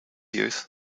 youth